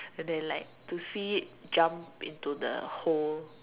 and then like to see it jump into the hole